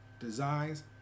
Designs